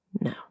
no